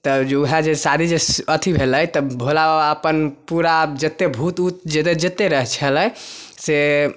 तब जे ऊहए जे शादी जे अथी भेलै तऽ भोलाबाबा अपन पुरा जते भुत ऊत जते छलै से